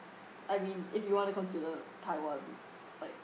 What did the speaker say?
I mean if you want to consider taiwan like